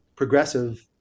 progressive